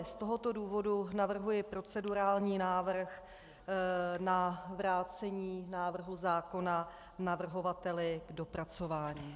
Z tohoto důvodu navrhuji procedurální návrh na vrácení návrhu zákona navrhovateli k dopracování.